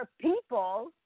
people